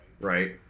right